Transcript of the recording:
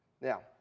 now